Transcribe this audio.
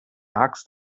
axt